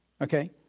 Okay